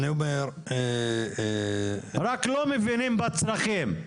רק לא מכירים בצרכים,